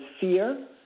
fear